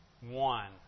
one